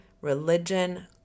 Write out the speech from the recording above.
religion